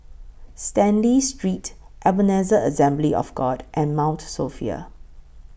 Stanley Street Ebenezer Assembly of God and Mount Sophia